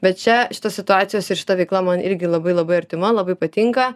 bet čia šitos situacijos ir šita veikla man irgi labai labai artima labai patinka